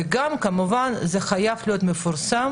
וכמובן שזה חייב להיות מפורסם